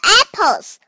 apples